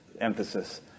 emphasis